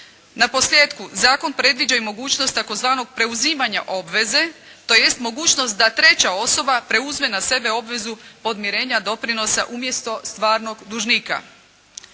Na posljetku, zakon predviđa i mogućnost tzv. preuzimanja obveze, tj. mogućnost da treća osoba preuzme na sebe obvezu podmirenja obaveza umjesto stvarnog dužnika.